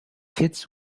kits